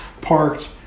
parked